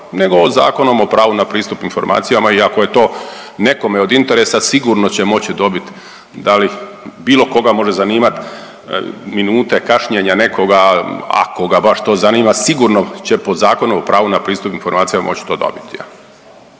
nego Zakonom o pravu na pristup informacijama i ako je to nekome od interesa sigurno će moći dobiti da li bilo koga može zanimat minute kašnjenja nekoga, ako ga baš to zanima sigurno će po Zakonu o pravu na pristup informacijama moći to dobiti.